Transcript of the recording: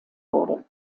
wurde